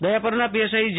દયાપરના PSI જે